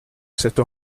cette